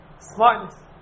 smartness